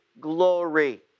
glory